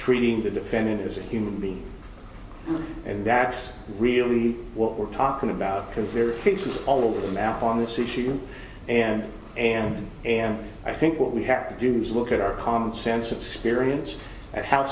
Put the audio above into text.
treating the defendant was a human being and that's really what we're talking about because you're pictures all over the map on this issue and and and i think what we have to do is look at our common sense of experience and how